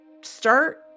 start